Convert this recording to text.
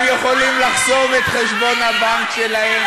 הם יכולים לחסום את חשבון הבנק שלהם.